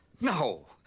No